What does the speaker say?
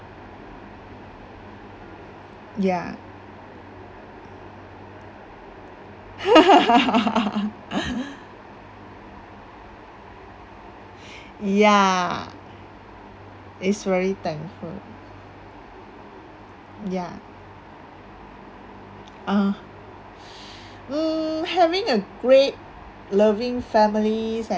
ya ya it's already thankful ya ah mm having a great loving families and